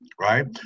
right